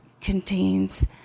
contains